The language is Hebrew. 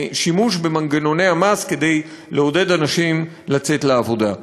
שימוש במנגנוני המס כדי לעודד אנשים לצאת לעבודה.